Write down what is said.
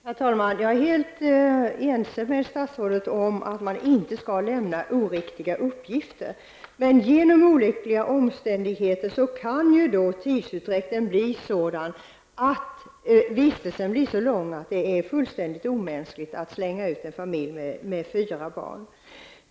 Herr talman! Jag är helt ense med statsrådet om att man inte skall lämna oriktiga uppgifter. Men genom olyckliga omständigheter kan tidsutdräkten bli sådan att vistelsen blir så långvarig att det är fullständigt omänskligt att slänga ut en familj med fyra barn.